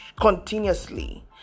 continuously